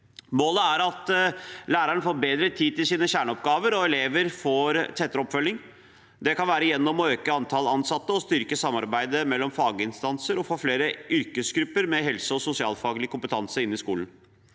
Målet er at læreren får bedre tid til sine kjerneoppgaver, og at eleven får tettere oppfølging. Det kan være gjennom å øke antall ansatte, styrke samarbeidet mellom faginstanser og få flere yrkesgrupper med helse- og sosialfaglig kompetanse inn i skolen.